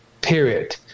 period